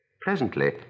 Presently